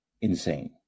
insane